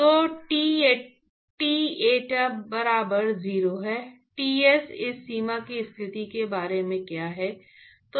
तो T at eta बराबर 0 है T s इस सीमा की स्थिति के बारे में क्या है